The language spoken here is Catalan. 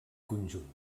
conjunt